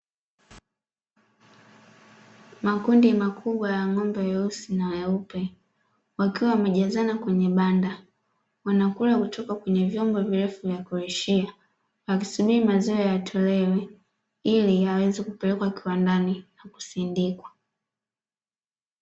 Makundi makubwa ya ng’ombe weusi na weupe wakiwa wamejazana kwenye banda, wanakula kutoka kwenye vyombo vyeupe vya kulishia wakisubiri maziwa yatolewe ili yaweze kupelekwa kiwandani kisindikwa.